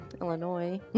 Illinois